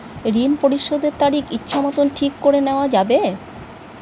ঋণ পরিশোধের তারিখ ইচ্ছামত ঠিক করে নেওয়া যাবে?